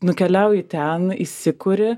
nukeliauji ten įsikuri